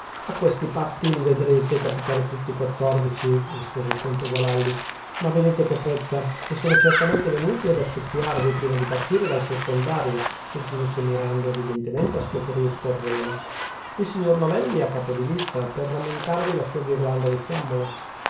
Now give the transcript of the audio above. a questi patti li vedrete capitare tutti quattordici rispose il conte gualandi ma vedete che fretta e sono certamente venuti ad ossequiarvi prima di partire dal circondario soggiunse mirando evidentemente a scoprir terreno il signor novelli a capo di lista per rammentarvi la sua ghirlanda di fiammole